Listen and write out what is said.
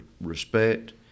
respect